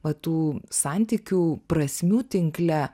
va tų santykių prasmių tinkle